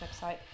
website